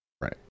Right